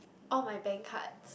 all my bank card